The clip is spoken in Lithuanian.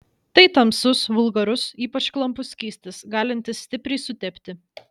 tai tamsus vulgarus ypač klampus skystis galintis stipriai sutepti